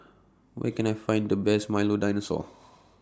Where Can I Find The Best Milo Dinosaur